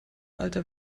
alter